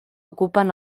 ocupen